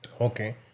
Okay